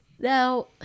Now